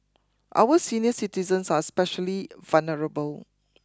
our senior citizens are especially vulnerable